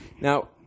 Now